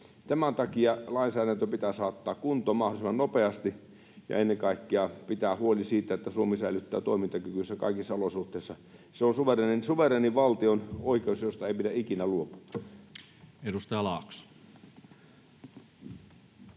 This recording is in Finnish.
Tämän takia lainsäädäntö pitää saattaa kuntoon mahdollisimman nopeasti ja ennen kaikkea pitää huoli siitä, että Suomi säilyttää toimintakykynsä kaikissa olosuhteissa. Se on suvereenin valtion oikeus, josta ei pidä ikinä luopua. [Speech 104]